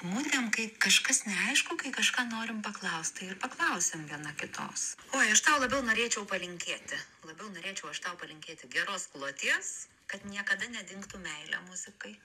mudviem kai kažkas neaišku kai kažką norim paklaust tai ir paklausiam viena kitos oi aš tau labiau norėčiau palinkėti labiau norėčiau aš tau palinkėti geros kloties kad niekada nedingtų meilė muzikai